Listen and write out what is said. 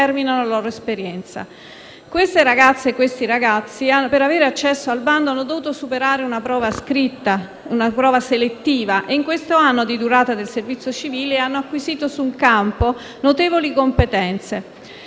Queste ragazze e questi ragazzi, per avere accesso al bando, hanno dovuto superare una prova selettiva e in questo anno di durata del servizio civile hanno acquisito sul campo notevoli competenze,